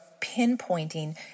pinpointing